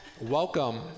Welcome